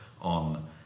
on